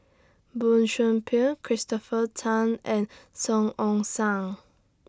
Boey Chuan Poh Christopher Tan and Song Ong Siang